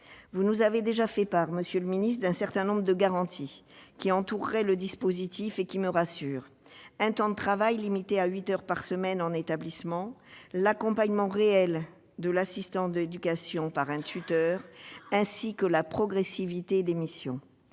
vous nous avez déjà détaillé un certain nombre de garanties qui entoureraient le dispositif, et qui sont venues me rassurer : un temps de travail limité à huit heures par semaine en établissement, l'accompagnement réel de l'assistant d'éducation par un tuteur, ainsi que la progressivité des missions.